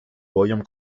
william